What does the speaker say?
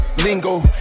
Lingo